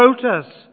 protest